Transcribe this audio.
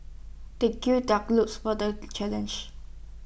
they gird their glues for the challenge